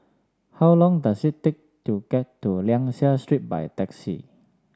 how long does it take to get to Liang Seah Street by taxi